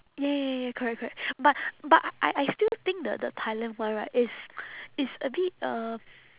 ya ya ya ya correct correct but but I I still think the the thailand one right is is a bit um